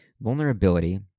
Vulnerability